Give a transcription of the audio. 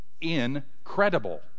incredible